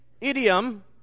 idiom